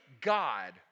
God